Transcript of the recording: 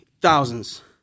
thousands